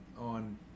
on